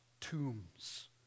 tombs